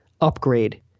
upgrade